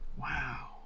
Wow